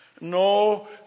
No